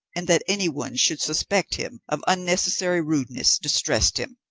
and that anyone should suspect him of unnecessary rudeness distressed him.